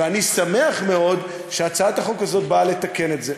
ואני שמח מאוד שהצעת החוק הזאת באה לתקן את זה.